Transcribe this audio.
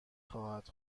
خواهد